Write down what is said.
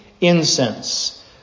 incense